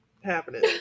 happening